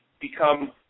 become